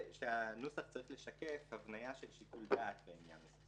שהנוסח צריך לשקף הבנייה של שיקול דעת בעניין הזה.